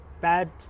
Bad